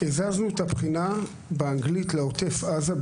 השנה אנחנו הזזנו את הבחינה באנגלית לעוטף עזה,